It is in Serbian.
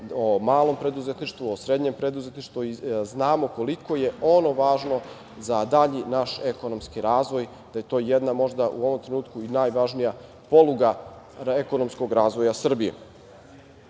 o malom preduzetništvu, o srednjem preduzetništvu i znamo koliko je ono važno za dalji naš ekonomski razvoj, da je to jedna možda, u ovom trenutku, i najvažnija poluga ekonomskog razvoja Srbije. Ima